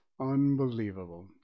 Unbelievable